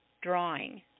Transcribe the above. drawing